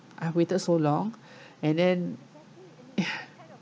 I waited so long and then